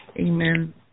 amen